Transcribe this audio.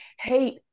hate